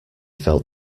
felt